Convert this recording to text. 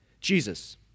Jesus